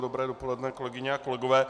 Dobré dopoledne, kolegyně a kolegové.